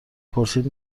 پرسید